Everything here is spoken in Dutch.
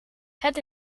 het